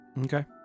Okay